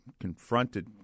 confronted